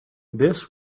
this